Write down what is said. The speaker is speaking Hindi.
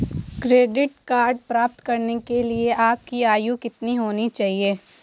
क्रेडिट कार्ड प्राप्त करने के लिए आपकी आयु कितनी होनी चाहिए?